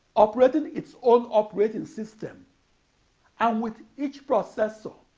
operating its own operating system and with each processor